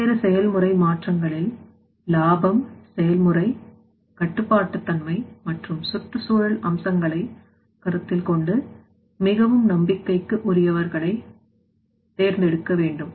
பல்வேறு செயல் முறை மாற்றங்களில் லாபம் செயல்முறை கட்டுப்பாட்டுத் தன்மை மற்றும் சுற்றுச்சூழல் அம்சங்களை கருத்தில் கொண்டு மிகவும் நம்பிக்கைக்கு உரியவர்களை தேர்ந்தெடுக்க வேண்டும்